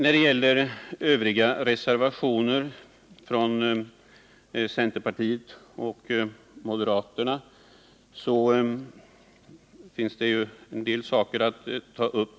Beträffande övriga reservationer från centerpartiet och moderaterna finns en del saker att ta upp.